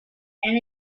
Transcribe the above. and